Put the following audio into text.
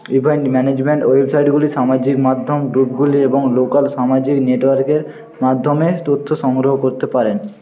event management ওয়েবসাইটগুলি সামাজিক মাধ্যম গুলি এবং লোকাল সামাজিক নেটওয়ার্কের মাধ্যমে তথ্য সংগ্রহ করতে পারেন